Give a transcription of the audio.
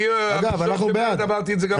אני כבר אמרתי את זה.